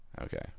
okay